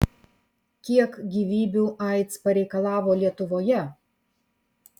kiek gyvybių aids pareikalavo lietuvoje